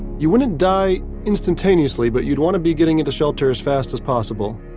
you wouldn't die instantaneously but you'd want to be getting into shelter as fast as possible.